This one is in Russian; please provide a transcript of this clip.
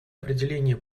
определение